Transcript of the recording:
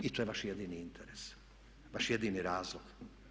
I to je vaš jedini interes, vaš jedini razlog.